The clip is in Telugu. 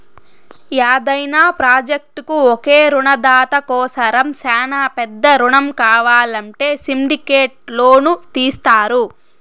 యాదైన ప్రాజెక్టుకు ఒకే రునదాత కోసరం శానా పెద్ద రునం కావాలంటే సిండికేట్ లోను తీస్తారు